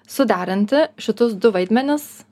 suderinti šitus du vaidmenis